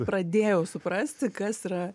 pradėjau suprasti kas yra